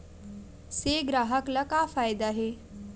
से ग्राहक ला का फ़ायदा हे?